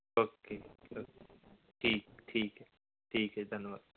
okay okay ਠੀਕ ਠੀਕ ਹੈ ਠੀਕ ਹੈ ਜੀ ਧੰਨਵਾਦ